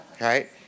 Right